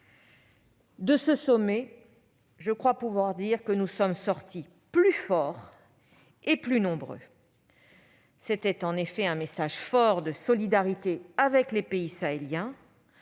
De ce sommet, je crois pouvoir dire que nous sommes sortis plus forts et plus nombreux. C'était en effet un message fort de solidarité avec les pays sahéliens,